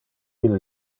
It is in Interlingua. ille